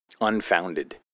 unfounded